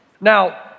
Now